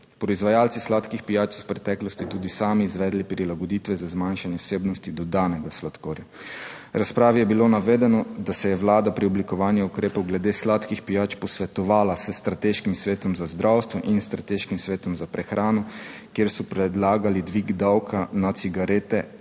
Proizvajalci sladkih pijač so v preteklosti tudi sami izvedli prilagoditve za zmanjšanje vsebnosti dodanega sladkorja. V razpravi je bilo navedeno, da se je Vlada pri oblikovanju ukrepov glede sladkih pijač posvetovala s strateškim Svetom za zdravstvo in s strateškim svetom za prehrano kjer so predlagali dvig davka na cigarete